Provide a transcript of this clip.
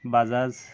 Bajaj